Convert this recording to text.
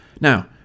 Now